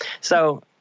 So-